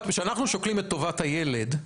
כשאנחנו שוקלים את טובת הילד,